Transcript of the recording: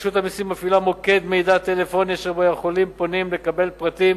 רשות המסים מפעילה מוקד מידע טלפוני אשר בו יכולים פונים לקבל פרטים